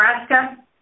Nebraska